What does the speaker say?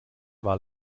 war